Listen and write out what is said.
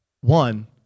One